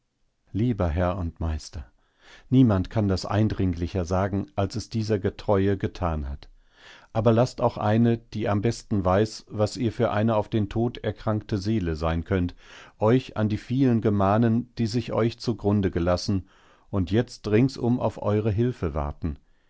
lieber herr und meister niemand kann das eindringlicher sagen als es dieser getreue getan hat aber laßt auch eine die am besten weiß was ihr für eine auf den tod erkrankte seele sein könnt euch an die vielen gemahnen die sich euch zu grunde gelassen und jetzt ringsum auf eure hilfe warten